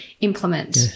implement